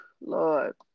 Lord